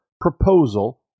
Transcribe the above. proposal